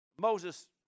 Moses